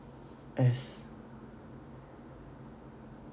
as